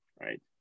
Right